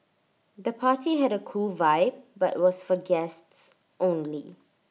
the party had A cool vibe but was for guests only